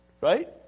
Right